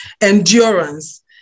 endurance